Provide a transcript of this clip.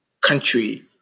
country